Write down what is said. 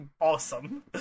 awesome